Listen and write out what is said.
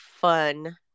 fun